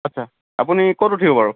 আচ্চা আপুনি ক'ত উঠিব বাৰু